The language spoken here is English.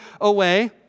away